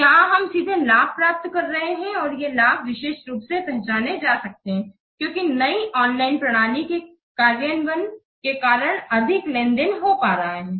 तो यहाँ हम सीधे लाभ प्राप्त कर रहे हैं और ये लाभ विशेष रूप से पहचाने जा सकते है क्योंकि नई ऑनलाइन प्रणाली के कार्यान्वयन के कारण अधिक लेनदेन हो पा रहे है